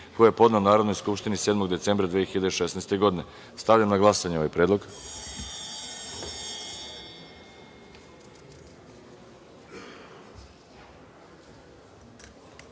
koji je podneo Narodnoj skupštini 7. decembra 2016. godine. Stavljam na glasanje ovaj